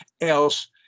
else